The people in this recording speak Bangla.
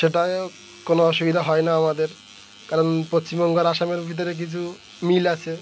সেটাই কোনো অসুবিধা হয় না আমাদের কারণ পশ্চিমবঙ্গ আর আসামের ভিতরে কিছু মিল আসে